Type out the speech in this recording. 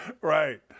Right